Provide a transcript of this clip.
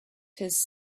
his